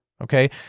okay